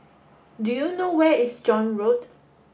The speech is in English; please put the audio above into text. do you know where is John Road